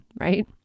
right